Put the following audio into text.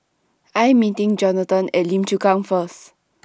I Am meeting Johnathon At Lim Chu Kang First